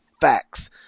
facts